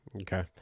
Okay